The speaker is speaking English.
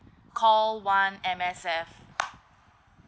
call one M_S_F